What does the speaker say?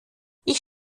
ich